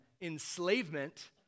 enslavement